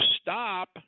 stop—